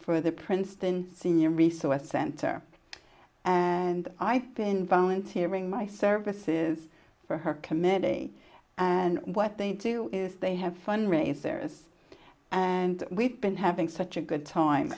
for the princeton senior resource center and i been volunteering my services for her committee and what they do is they have fun really if there is and we've been having such a good time